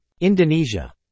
Indonesia